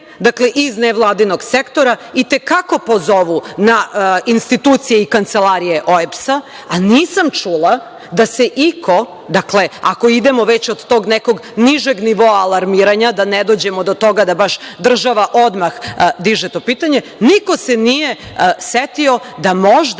dakle iz nevladinog sektora i te kako pozovu na institucije i kancelarije OEBS, a nisam čula da se iko, dakle, ako idemo već od tog nekog nižeg nivoa alarmiranja, da ne dođemo do toga da baš država odmah diže ti pitanje, niko se nije setio da možda